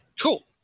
Cool